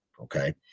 okay